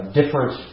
different